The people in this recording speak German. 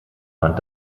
fand